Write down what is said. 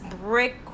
brick